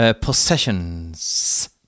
Possessions